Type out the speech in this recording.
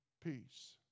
peace